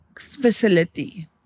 facility